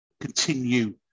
continue